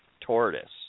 tortoise